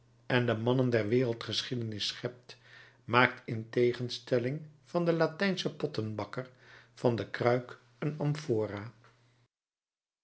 en de mannen der wereldgeschiedenis schept maakt in tegenstelling van den latijnschen pottenbakker van de kruik een amphora